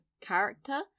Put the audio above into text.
character